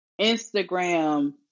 instagram